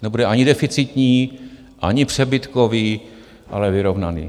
Nebude ani deficitní, ani přebytkový, ale vyrovnaný.